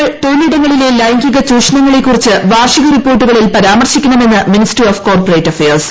സ്ഥാപനങ്ങൾ തൊഴിലിടങ്ങളിലെ ലൈംഗിക ന് ചൂഷണങ്ങളെക്കുറിച്ച് വാർഷിക റിപ്പോർട്ടുകളിൽ പരാമർശിക്കണമെന്ന് മിനിസ്റ്ററി ഓഫ് ്കോപ്പറേറ്റ് അഫയേഴ്സ്